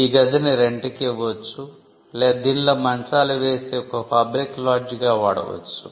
ఈ గదిని రెంట్ కి ఇవ్వవచ్చు లేదా దీనిలో మంచాలు వేసి ఒక పబ్లిక్ lodge గా వాడవచ్చు